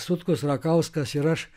sutkus rakauskas ir aš